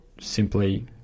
simply